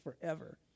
forever